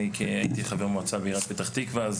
אני הייתי חבר מועצה בעיריית פתח תקווה,